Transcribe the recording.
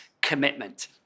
commitment